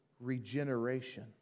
regeneration